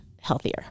healthier